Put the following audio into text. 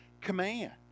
command